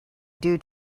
due